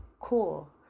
cool